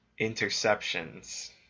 interceptions